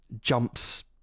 jumps